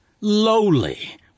lowly